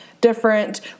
different